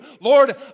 Lord